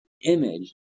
image